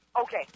Okay